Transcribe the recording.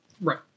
Right